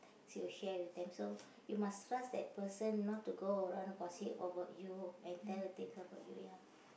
you share with them so you must trust that person not to go around gossip about you and tell the thing about you ya